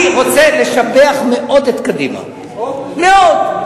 אני רוצה לשבח מאוד את קדימה, מאוד.